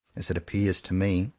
as it appears to me,